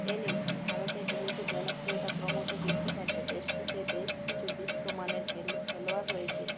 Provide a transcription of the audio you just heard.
tennis ভারতে টেনিসের জনপ্রিয়তা ক্রমশ বৃদ্ধি পাচ্ছে দেশটিতে বেশ কিছু বিশ্বমানের টেনিস খেলোয়াড় রয়েছে